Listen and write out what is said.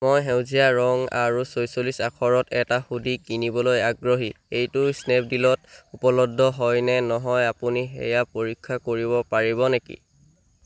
মই সেউজীয়া ৰং আৰু ছয়চল্লিছ আকাৰত এটা হুডি কিনিবলৈ আগ্ৰহী এইটো স্নেপডীলত উপলব্ধ হয় নে নহয় আপুনি সেয়া পৰীক্ষা কৰিব পাৰিব নেকি